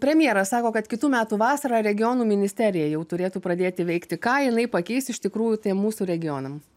premjeras sako kad kitų metų vasarą regionų ministerija jau turėtų pradėti veikti ką jinai pakeis iš tikrųjų tiem mūsų regionam